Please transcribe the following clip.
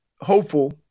hopeful